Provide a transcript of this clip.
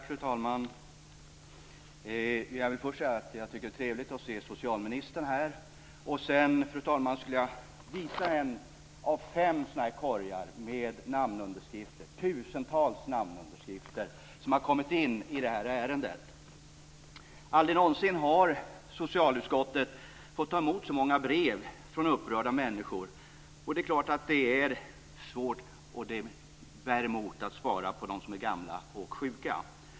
Fru talman! Jag vill först säga att jag tycker att det är trevligt att se socialministern här. Sedan, fru talman, vill jag visa en av fem korgar med namnunderskrifter. Det är tusentals namnunderskrifter som har kommit in i det här ärendet. Aldrig någonsin har socialutskottet fått ta emot så många brev från upprörda människor. Det är klart att det är svårt och bär emot att spara på dem som är gamla och sjuka.